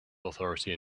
authority